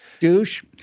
douche